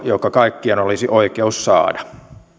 joka kaikkien olisi oikeus saada